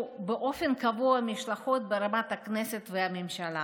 באופן קבוע משלחות ברמת הכנסת והממשלה.